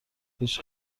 هیچ